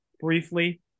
briefly